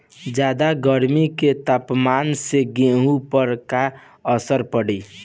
ज्यादा गर्मी के तापमान से गेहूँ पर का असर पड़ी?